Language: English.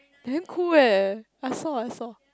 it didn't cool leh I saw I saw